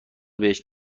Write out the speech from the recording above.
بهش